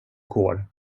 går